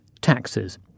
taxes